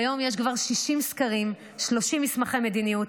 כיום יש כבר 60 סקרים ו-30 מסמכי מדיניות,